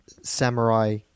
samurai